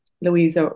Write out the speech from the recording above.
Louise